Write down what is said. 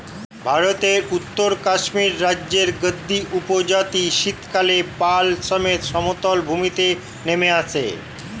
ভারতের উত্তরে কাশ্মীর রাজ্যের গাদ্দী উপজাতি শীতকালে পাল সমেত সমতল ভূমিতে নেমে আসে